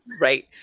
Right